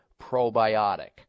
probiotic